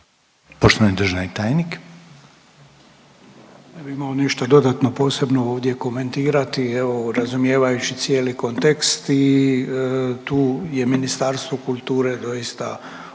**Poljičak, Ivica** Nemam nešto dodatno posebno ovdje komentirati, evo razumijevajući cijeli kontekst i tu je Ministarstvo kulture doista u svojoj